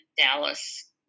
Dallas